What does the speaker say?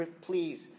please